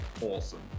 Awesome